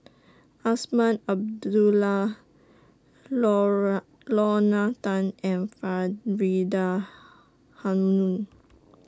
Azman Abdullah Lora Lorna Tan and Faridah Hanum